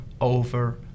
over